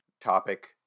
topic